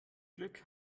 glück